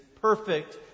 perfect